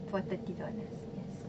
for thirty dollars yes